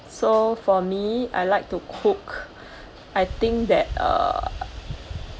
so for me I like to cook I think that err